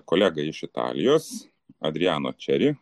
kolegą iš italijos adriano čeri